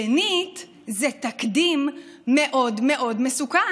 שנית, זה תקדים מאוד מאוד מסוכן.